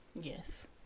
Yes